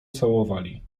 całowali